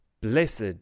Blessed